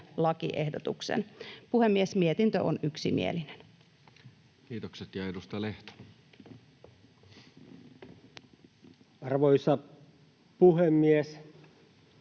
lakiehdotuksen. Puhemies! Mietintö on yksimielinen. Kiitokset. — Ja edustaja Lehto. Arvoisa puhemies!